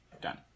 done